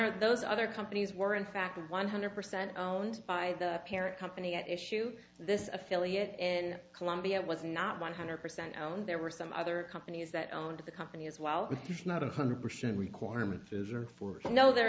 honor those other companies were in fact one hundred percent owned by the parent company at issue this affiliate in columbia was not one hundred percent owned there were some other companies that owned the company as well if not a hundred percent requirement fizzer for no there